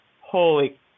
holy